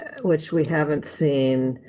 which we haven't seen.